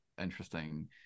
interesting